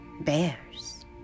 bears